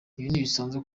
ibisanzwe